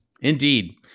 indeed